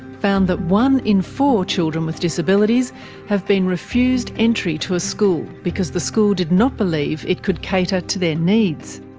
found that one in four children with disabilities have been refused entry to a school because the school did not believe it could cater to their needs.